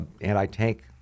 anti-tank